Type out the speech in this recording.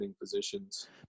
positions